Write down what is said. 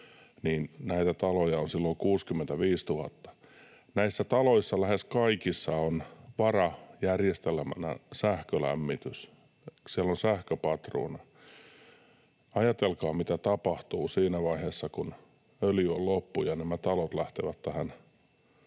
näitä taloja on silloin 65 000. Näissä taloissa, lähes kaikissa, on varajärjestelmänä sähkölämmitys, siellä on sähköpatruuna. Ajatelkaa, mitä tapahtuu siinä vaiheessa, kun öljy on loppu ja nämä talot lähtevät